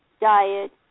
diet